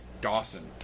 Dawson